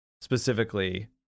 Specifically